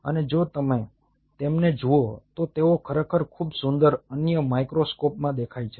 અને જો તમે તેમને જુઓ તો તેઓ ખરેખર ખૂબ સુંદર અન્ય માઇક્રોસ્કોપમાં દેખાય છે